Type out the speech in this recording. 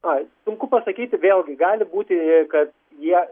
ai sunku pasakyti vėlgi gali būti jei kad jie